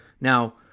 Now